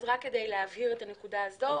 רק כדי להבהיר את הנקודה הזו,